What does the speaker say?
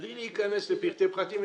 בלי להיכנס לפרטי פרטים.